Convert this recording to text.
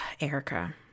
Erica